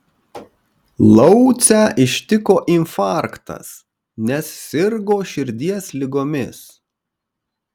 laucę ištiko infarktas nes sirgo širdies ligomis